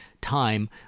time